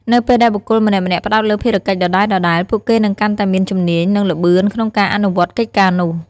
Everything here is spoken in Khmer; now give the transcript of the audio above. នៅពេលដែលបុគ្គលម្នាក់ៗផ្តោតលើភារកិច្ចដដែលៗ ពួកគេនឹងកាន់តែមានជំនាញ និងល្បឿនក្នុងការអនុវត្តកិច្ចការនោះ។